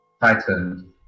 Titan